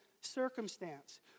circumstance